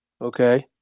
okay